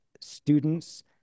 students